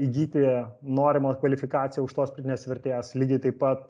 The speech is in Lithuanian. įgyti norimo kvalifikaciją aukštos pridėtinės vertės lygiai taip pat